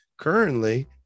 Currently